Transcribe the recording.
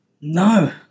No